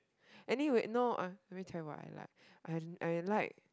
anyway no I let me tell you what I like I like